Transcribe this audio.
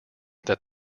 that